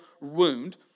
wound